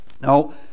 now